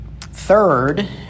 Third